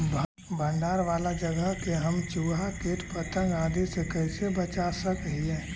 भंडार वाला जगह के हम चुहा, किट पतंग, आदि से कैसे बचा सक हिय?